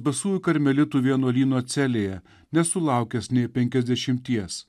basųjų karmelitų vienuolyno celėje nesulaukęs nė penkiasdešimties